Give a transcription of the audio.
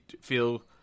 feel